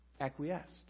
acquiesced